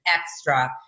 extra